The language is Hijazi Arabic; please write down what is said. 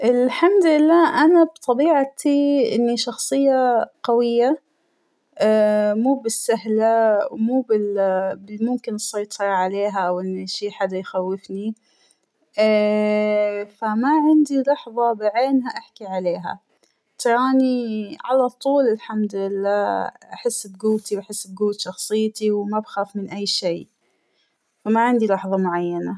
الحمد لله أنا بطبيعتى إنى شخصية قوية ، اا- مو بس سهلة ، مو بال - ممكن السيطرة عليها أو إن شى حدا يخوفنى ، فما عندى لحظة بعينها أحكى عليها ، ترانى على طول الحمد لله أحس بقوتى وأحس بقوة شخصيتى وما بخاف من أى شى ، فما عندى لحظة معينة.